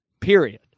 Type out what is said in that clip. period